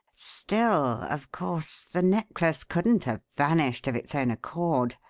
still, of course, the necklace couldn't have vanished of its own accord.